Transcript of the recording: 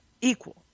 equal